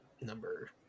number